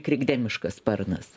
krikdemiškas sparnas